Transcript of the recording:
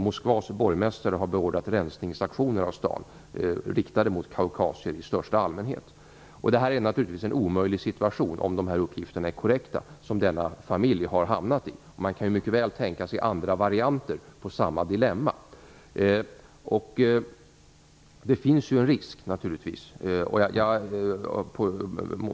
Moskvas borgmästare har beordrat rensningsaktioner av staden riktade mot kaukasier i största allmänhet. Om dessa uppgifter är korrekta är det naturligtvis en omöjlig situation som denna familj har hamnat i. Man kan ju mycket väl tänka sig andra varianter på samma dilemma.